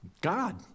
God